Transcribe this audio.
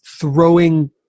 throwing